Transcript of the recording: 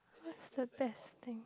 what's the best thing